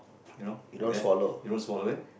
you know like that you don't swallow it